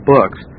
Books